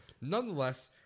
Nonetheless